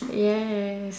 yes